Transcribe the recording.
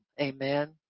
Amen